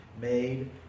made